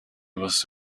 was